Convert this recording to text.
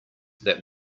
that